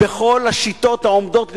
בכל השיטות העומדות לרשותנו,